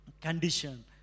condition